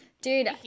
dude